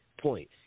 point